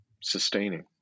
sustaining